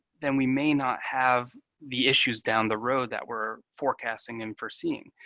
then we may not have the issues down the road that we're forecasting and foreseeing.